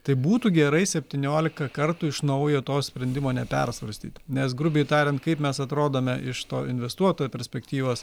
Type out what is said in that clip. tai būtų gerai septyniolika kartų iš naujo to sprendimo nepersvarstyt nes grubiai tariant kaip mes atrodome iš to investuotojo perspektyvos